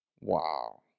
Wow